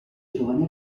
giovani